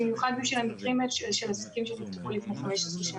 במיוחד בשביל המקרים האלה של עסקים שנפתחו לפני 15 שנה.